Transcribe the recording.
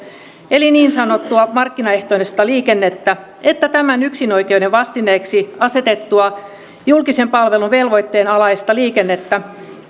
eli niin sanottua markkinaehtoista liikennettä että tämän yksinoikeuden vastineeksi asetettua julkisen palvelun velvoitteen alaista liikennettä